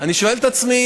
ואני שואל את עצמי: